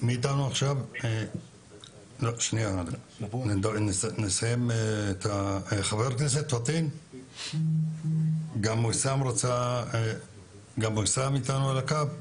יש שני נושאים שאני רוצה לדבר עליהם.